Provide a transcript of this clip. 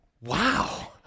wow